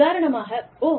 உதாரணமாக ஓ